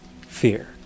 Fear